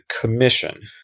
commission